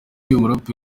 umuraperi